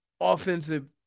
offensive